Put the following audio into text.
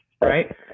right